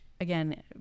again